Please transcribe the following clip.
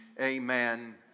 amen